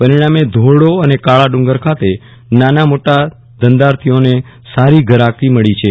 પરિણામે ધોરડો અને કાળાડ્ગર ખાતે નાના મોટા ધંધાર્થીઓને સારી ઘરાકી મળી છે